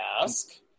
ask